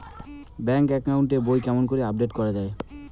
Bank account এর বই কেমন করি আপডেট করা য়ায়?